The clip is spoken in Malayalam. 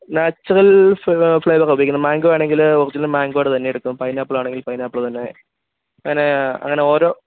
നാച്ചുറൽ ഫ്ളേവറാണ് ഉപയോഗിക്കുന്നത് മാംഗോ ആണെങ്കില് ഒറിജിനൽ മംഗോയുടേതു തന്നെ എടുക്കും പൈനാപ്പിൾ ആണെങ്കിൽ പൈനാപ്പിള് തന്നെ അങ്ങനെ അങ്ങനെ ഓരോ